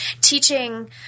teaching